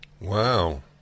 Wow